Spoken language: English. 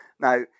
Now